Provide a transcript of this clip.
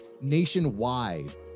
nationwide